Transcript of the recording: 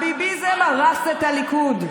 הביביזם הרס את הליכוד,